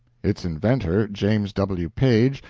its inventor, james w. paige,